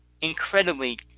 Incredibly